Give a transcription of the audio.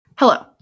Hello